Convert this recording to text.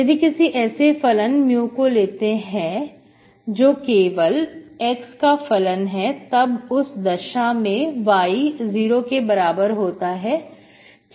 यदि किसी ऐसे फलन mu को लेते हैं जो केवल x का फलन है तब उस दशा में y 0 के बराबर होता है